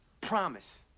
promise